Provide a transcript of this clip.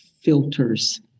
filters